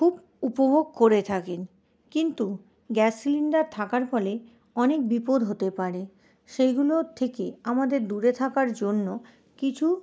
খুব উপভোগ করে থাকেন কিন্তু গ্যাস সিলিন্ডার থাকার ফলে অনেক বিপদ হতে পারে সেইগুলোর থেকে আমাদের দূরে থাকার জন্য কিছু